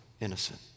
innocent